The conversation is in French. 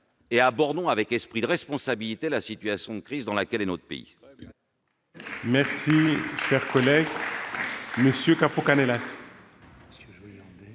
et abordons avec esprit de responsabilité la situation de crise dans laquelle se trouve notre pays.